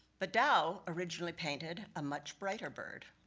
but dou originally painted a much brighter bird.